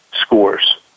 Scores